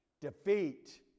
defeat